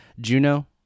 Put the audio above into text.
Juno